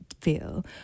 feel